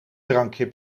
drankje